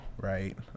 right